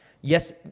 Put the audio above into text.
Yes